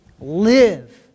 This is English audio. live